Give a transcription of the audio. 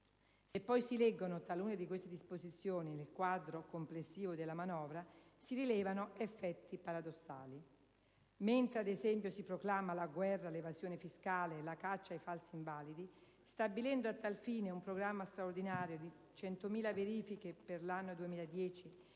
Se poi si leggono talune di queste disposizioni nel quadro complessivo della manovra si rilevano effetti paradossali. Mentre, ad esempio, si proclamano la guerra all'evasione fiscale e la caccia ai falsi invalidi, stabilendo a tal fine un programma straordinario di 100.000 verifiche per l'anno 2010